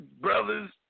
brothers